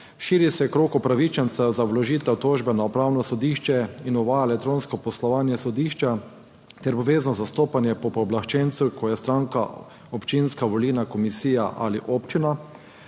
Širi se krog upravičencev za vložitev tožbe na Upravno sodišče in uvaja elektronsko poslovanje sodišča ter obvezno zastopanje po pooblaščencu, ko je stranka občinska volilna komisija ali občina.